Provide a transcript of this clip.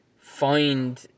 find